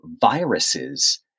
Viruses